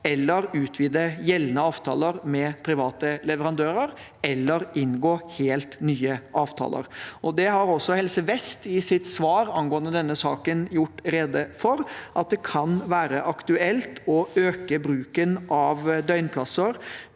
utvide gjeldende avtaler med private leverandører eller inngå helt nye avtaler. Helse vest har også i sitt svar angående denne saken gjort rede for at det kan være aktuelt å øke bruken av døgnplasser